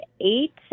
eight